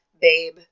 babe